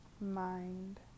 mind